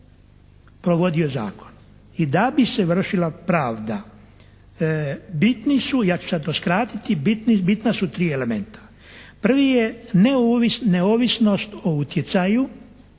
sada to skratiti, bitna su tri elementa. Prvi je neovisnost o utjecaju.